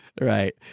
Right